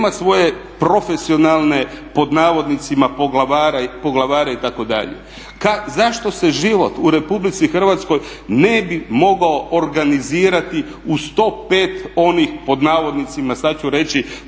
nema svoje profesionalne pod navodnicima "poglavare" itd. Zašto se život u RH ne bi mogao organizirati u 105 onih pod navodnicima sad ću reći